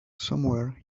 somewhere